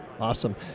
Awesome